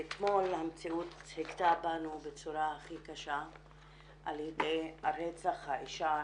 ואתמול המציאות הכתה בנו בצורה הכי קשה על ידי רצח האישה ה-25,